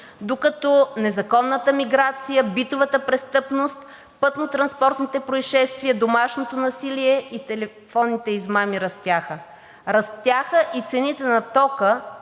докато незаконната миграция, битовата престъпност, пътнотранспортните произшествия, домашното насилие и телефонните измами растяха. Растяха и цените на тока